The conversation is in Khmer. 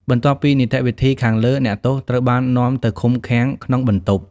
បន្ទាប់ពីនីតិវិធីខាងលើ អ្នកទោសត្រូវបាននាំទៅឃុំឃាំងក្នុងបន្ទប់។